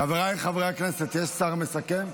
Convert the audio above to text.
טוב, חבריי חברי הכנסת, יש שר מסכם?